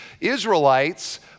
Israelites